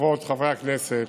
חברות וחברי הכנסת,